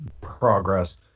progress